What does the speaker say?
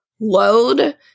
load